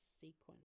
sequence